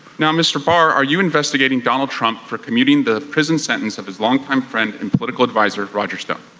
now, mr. barr, are you investigating donald trump for commuting the prison sentence of his longtime friend and political adviser, roger stone?